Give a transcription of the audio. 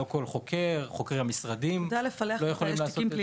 לא כל חוקר יכול לעשות את זה,